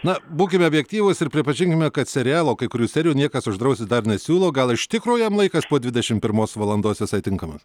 na būkime objektyvūs ir pripažinkime kad serialo kai kurių serijų niekas uždrausti dar nesiūlo gal iš tikro jam laikas po dvidešim pirmos valandos visai tinkamas